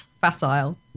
facile